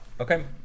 Okay